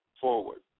forward